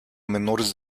menores